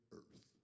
earth